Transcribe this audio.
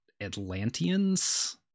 atlanteans